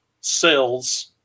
sales